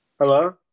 hello